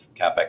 capex